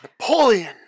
Napoleon